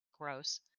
gross